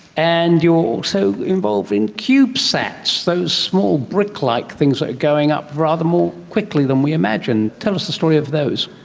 and you're also so involved in cubesats, those small brick-like things that are going up rather more quickly than we imagined. tell us the story of those.